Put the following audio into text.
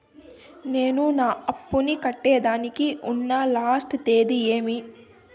నేను నా అప్పుని కట్టేదానికి ఉన్న లాస్ట్ తేది ఏమి?